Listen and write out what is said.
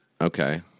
Okay